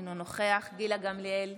אינו נוכח גילה גמליאל,